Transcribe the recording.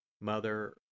Mother